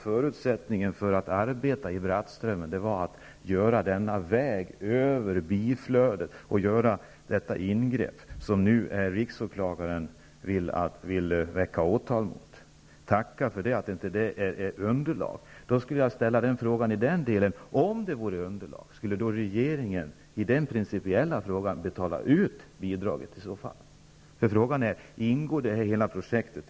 Förutsättningen för att arbeta i Brattströmmen var att man gjorde denna väg över biflödet, att man gjorde detta ingrepp. Nu vill riksåklagaren väcka åtal mot det. Tacka för att det inte utgör något bidragsunderlag! Jag skulle vilja ställa en principiell fråga till regeringen: Om biflödet ingick i bidragsunderlaget, skulle då regeringen betala ut bidraget? Frågan är om det inte ingår i projektet.